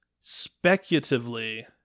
speculatively